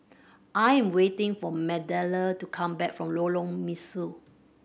I am waiting for Magdalen to come back from Lorong Mesu